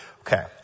Okay